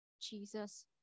Jesus